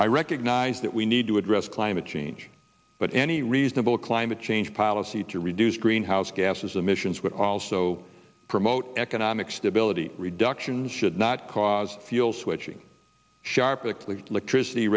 i recognize that we need to address climate change but any reasonable climate change policy to reduce greenhouse gas emissions would also promote economic stability reduction should not cause fuel switching sharply electricity